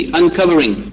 uncovering